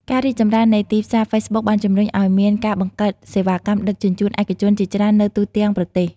ការរីកចម្រើននៃទីផ្សារហ្វេសប៊ុកបានជំរុញឱ្យមានការបង្កើតសេវាកម្មដឹកជញ្ជូនឯកជនជាច្រើននៅទូទាំងប្រទេស។